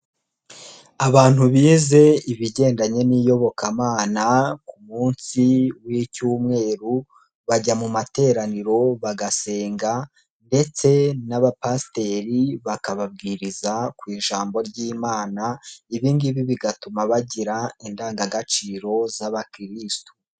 Abantu bize ibigendanye n'iyobokamana ku munsi w'icyumweru bajya mu materaniro bagasenga ndetse n'abapasiteri bakababwiriza ku ijambo ry'Imana, ibi ngibi bigatuma bagira indangagaciro z'abakirisitu.